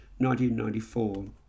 1994